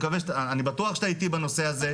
אני בטוח שאתה איתי בנושא הזה,